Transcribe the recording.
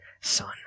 Son